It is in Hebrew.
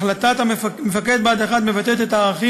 החלטת מפקד בה"ד 1 מבטאת את הערכים